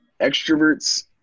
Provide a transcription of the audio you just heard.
extroverts